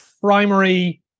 primary